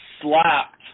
slapped